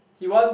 he want